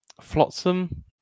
flotsam